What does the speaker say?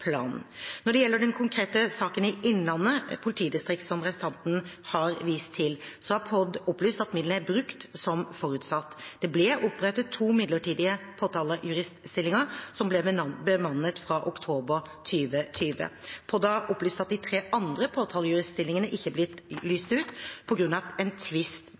planen. Når det gjelder den konkrete saken i Innlandet politidistrikt som representanten har vist til, har Politidirektoratet opplyst at midlene er brukt som forutsatt. Det ble opprettet to midlertidige påtalejuriststillinger, som ble bemannet fra oktober 2020. Politidirektoratet har opplyst at de tre andre påtalejuriststillingene ikke har blitt lyst ut, på grunn av en tvist